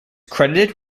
credited